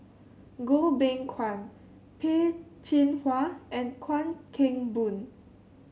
Goh Beng Kwan Peh Chin Hua and Chuan Keng Boon